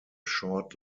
short